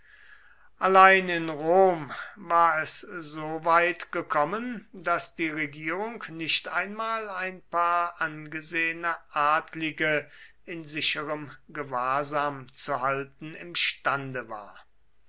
allein in rom war es so weit gekommen daß die regierung nicht einmal ein paar angesehene adlige in sicherem gewahrsam zu halten imstande war